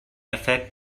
affect